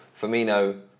Firmino